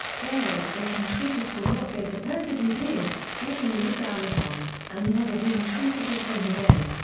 always getting treated for what they supposedly did, getting looked down upon, and never being treated the same again.